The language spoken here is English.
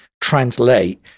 translate